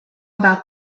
about